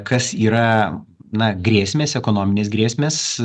kas yra na grėsmės ekonominės grėsmės